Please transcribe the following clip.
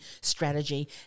strategy